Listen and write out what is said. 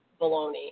baloney